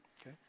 okay